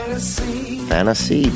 Fantasy